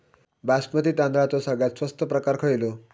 बासमती तांदळाचो सगळ्यात स्वस्त प्रकार खयलो?